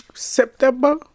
September